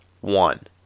one